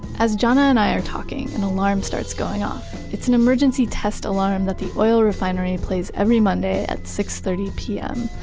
as jana and i are talking, an alarm starts going off. it's an emergency test alarm that the oil refinery plays every monday at six thirty pm.